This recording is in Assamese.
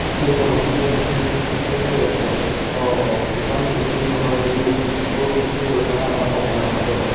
সেই সন্মুখীনখিনি ইমান কঠিন নহয় যদিও কিছু পৰিমাণে আমাৰ সময় নষ্ট কৰে